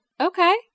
Okay